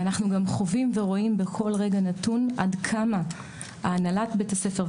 ואנחנו גם חווים ורואים בכל רגע נתון עד כמה הנהלת בית הספר,